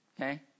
Okay